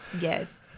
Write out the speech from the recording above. Yes